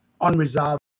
Unresolved